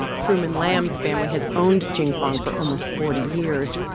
truman lam's family has owned jing fong for almost forty years,